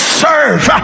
serve